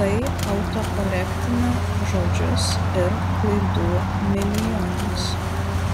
tai autokorektina žodžius ir klaidų milijonas